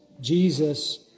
Jesus